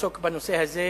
לעסוק בנושא הזה,